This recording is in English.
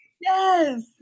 Yes